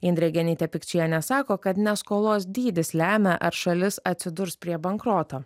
indrė genytė pikčienė sako kad ne skolos dydis lemia ar šalis atsidurs prie bankroto